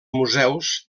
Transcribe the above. museus